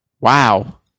Wow